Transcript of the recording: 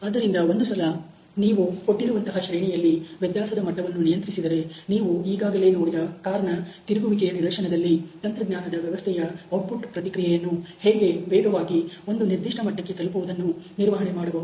ಆದ್ದರಿಂದ ಒಂದು ಸಲ ನೀವು ಕೊಟ್ಟಿರುವಂತಹ ಶ್ರೇಣಿಯಲ್ಲಿ ವ್ಯತ್ಯಾಸದ ಮಟ್ಟವನ್ನು ನಿಯಂತ್ರಿಸಿದರೆ ನೀವು ಈಗಾಗಲೇ ನೋಡಿದ ಕಾರನ ತಿರುಗುವಿಕೆಯ ನಿದರ್ಶನದಲ್ಲಿ ತಂತ್ರಜ್ಞಾನದ ವ್ಯವಸ್ಥೆಯ ಔಟ್ಪುಟ್ ಪ್ರತಿಕ್ರಿಯೆಯನ್ನು ಹೇಗೆ ವೇಗವಾಗಿ ಒಂದು ನಿರ್ದಿಷ್ಟ ಮಟ್ಟಕ್ಕೆ ತಲುಪುವುದನ್ನು ನಿರ್ವಹಣೆ ಮಾಡಬಹುದು